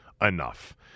enough